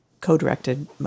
co-directed